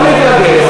לא להתרגז.